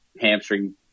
hamstring